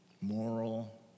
moral